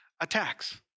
attacks